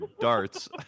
darts